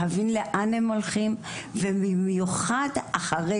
להבין לאן הם הולכים ובמיוחד אחרי